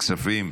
בכספים?